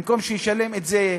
במקום שישלם את זה,